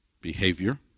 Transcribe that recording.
Behavior